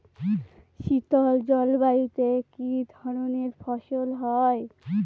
শীতল জলবায়ুতে কি ধরনের ফসল হয়?